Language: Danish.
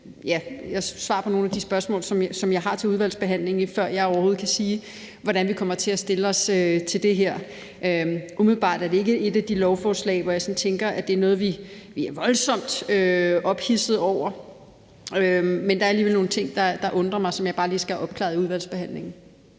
væk svar på nogle spørgsmål, som jeg har til udvalgsbehandlingen, før jeg overhovedet kan sige, hvordan vi kommer til at stille os til det her. Umiddelbart er det ikke et lovforslag, som jeg tænker er noget, vi er voldsomt ophidsede over, men der er alligevel nogle ting, der undrer mig, som jeg bare lige skal have opklaret i udvalgsbehandlingen.